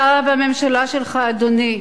אתה והממשלה שלך, אדוני,